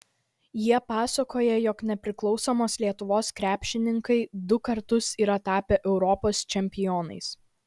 jie pasakoja jog nepriklausomos lietuvos krepšininkai du kartus yra tapę europos čempionais